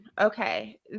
Okay